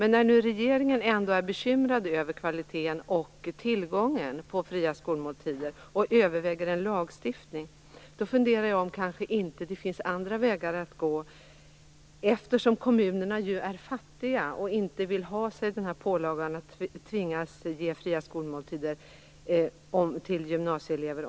När nu regeringen ändå är bekymrad över kvaliteten och tillgången på fria skolmåltider och överväger en lagstiftning, funderar jag om det inte finns andra vägar att gå. Kommunerna är ju fattiga och vill inte ha pålagan att tvingas ge fria skolmåltider till gymnasieelever.